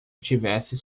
tivesse